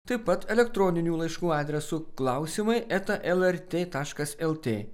taip pat elektroninių laiškų adresu klausimai eta lrt taškas lt